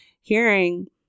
hearing